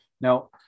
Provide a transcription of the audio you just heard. Now